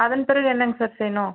அதன் பிறகு என்னங்க சார் செய்யணும்